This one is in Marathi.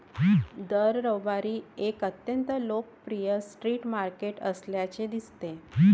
दर रविवारी एक अत्यंत लोकप्रिय स्ट्रीट मार्केट असल्याचे दिसते